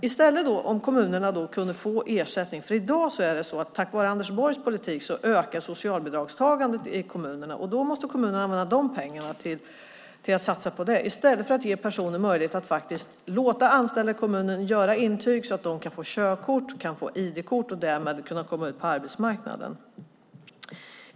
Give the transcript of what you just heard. I stället kunde kommunerna få ersättning. I dag ökar socialbidragstagandet i kommunerna tack vare Anders Borgs politik, och då måste kommunerna använda de pengarna till att satsa på det. I stället kunde man låta anställda i kommunen ge intyg så att dessa personer kan få körkort och ID-kort och därmed kan komma ut på arbetsmarknaden.